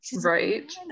right